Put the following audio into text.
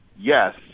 yes